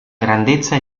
grandezza